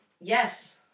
Yes